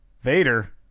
vader